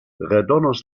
redonos